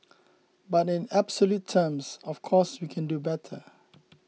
but in absolute terms of course we can do better